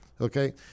Okay